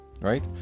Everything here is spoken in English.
right